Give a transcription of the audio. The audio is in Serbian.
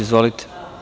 Izvolite.